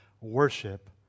worship